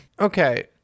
Okay